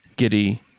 Giddy